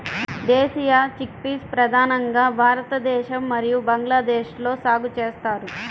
దేశీయ చిక్పీస్ ప్రధానంగా భారతదేశం మరియు బంగ్లాదేశ్లో సాగు చేస్తారు